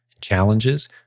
challenges